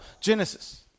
genesis